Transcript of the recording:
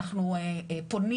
אנחנו פונים